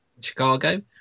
Chicago